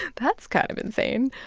that's kind of insane.